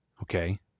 Okay